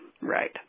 right